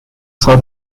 saw